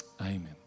Amen